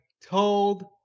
told